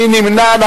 מי נמנע?